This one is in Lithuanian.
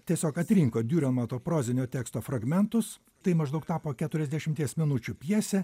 tiesiog atrinko diurenmato prozinio teksto fragmentus tai maždaug tapo keturiasdešimties minučių pjese